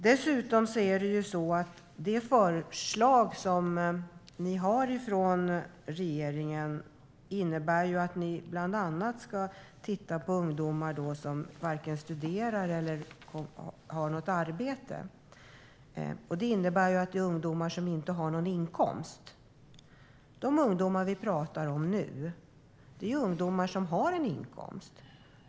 Dessutom innebär regeringens förslag att ni bland annat ska titta på ungdomar som varken studerar eller har något arbete, alltså ungdomar som inte har någon inkomst. De ungdomar vi pratar om nu har ju en inkomst.